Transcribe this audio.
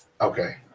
okay